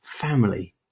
family